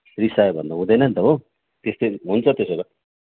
रिसायो भने त हुँदैन् नि त हो त्यस्तै हुन्छ त्यसो भए